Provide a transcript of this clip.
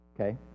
Okay